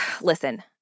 Listen